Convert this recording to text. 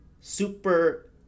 super